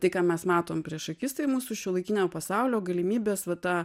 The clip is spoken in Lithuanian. tai ką mes matom prieš akis tai mūsų šiuolaikinio pasaulio galimybės va tą